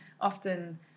often